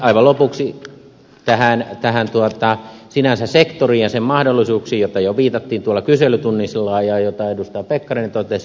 aivan lopuksi tähän sektoriin sinänsä ja sen mahdollisuuksiin joihin jo viitattiin tuolla kyselytunnilla ja joista edustaja pekkarinen totesi